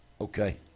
Okay